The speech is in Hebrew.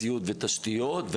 ציוד ותשתיות,